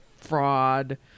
fraud